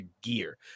gear